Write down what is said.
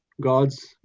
god's